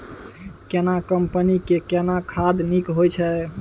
केना कंपनी के केना खाद नीक होय छै?